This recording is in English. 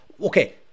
Okay